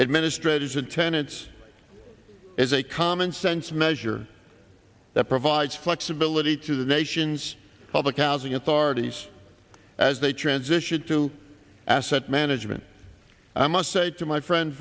administrators and tenants as a commonsense measure that provides flexibility to the nation's public housing authorities as they transition to asset management i must say to my friend